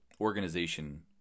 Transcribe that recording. organization